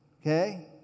Okay